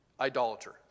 idolater